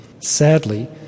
Sadly